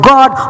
God